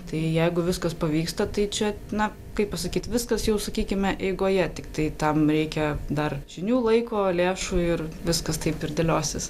tai jeigu viskas pavyksta tai čia na kaip pasakyt viskas jau sakykime eigoje tiktai tam reikia dar žinių laiko lėšų ir viskas taip ir dėliosis